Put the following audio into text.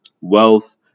wealth